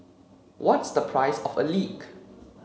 what's the price of a leak